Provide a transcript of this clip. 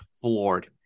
floored